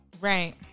right